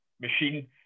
machine